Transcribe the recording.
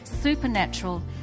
supernatural